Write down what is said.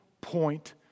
point